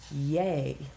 Yay